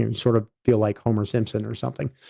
and sort of feel like homer simpson or something.